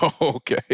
Okay